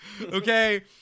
Okay